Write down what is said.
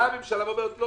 הממשלה אומרת: לא